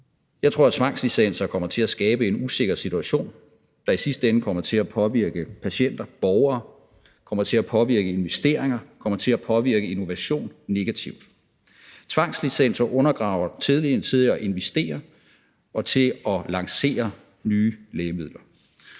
Jeg tror, at tvangslicenser kommer til at skabe en usikker situation, der i sidste ende kommer til at påvirke patienter og borgere, kommer til at påvirke investeringer, kommer til at påvirke innovation negativt. Tvangslicenser undergraver tilliden til at investere og til at lancere nye lægemidler.